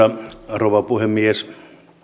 rouva puhemies